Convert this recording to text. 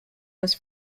was